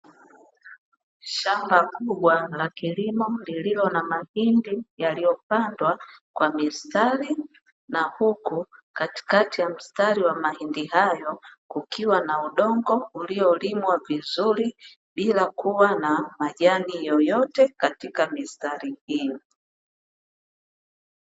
Shamba kubwa la kilimo lililo na mahindi yaliyopandwa kwa mistari, na huku katikati ya mstari wa mahindi hayo, kukiwa na udongo uliolimwa vizuri bila kuwa na majani yoyote katika mistari hiyo.